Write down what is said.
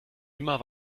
immer